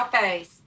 face